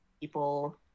people